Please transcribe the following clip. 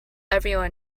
everyone